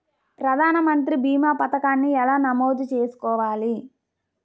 ప్రధాన మంత్రి భీమా పతకాన్ని ఎలా నమోదు చేసుకోవాలి?